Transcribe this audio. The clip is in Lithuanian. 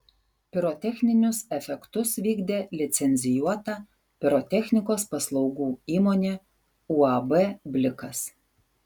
pirotechninius efektus vykdė licencijuota pirotechnikos paslaugų įmonė uab blikas